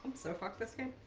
so for fiscal